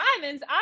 diamonds